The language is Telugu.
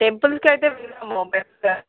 టెంపుల్స్కి అయితే వెళ్దాము బట్